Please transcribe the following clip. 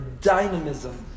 dynamism